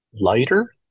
lighter